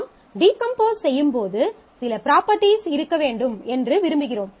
நாம் டீகம்போஸ் செய்யும்போது சில ப்ராப்பர்ட்டீஸ் இருக்க வேண்டும் என்று விரும்புகிறோம்